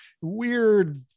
weird